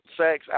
sex